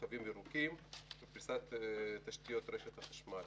רכבים ירוקים ופריסת תשתיות רשת החשמל.